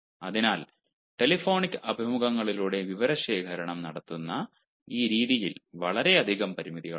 അതിനാൽ ടെലിഫോണിക് അഭിമുഖങ്ങളിലൂടെ വിവരശേഖരണം നടത്തുന്ന ഈ രീതിയിൽ വളരെയധികം പരിമിതികളുണ്ട്